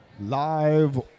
Live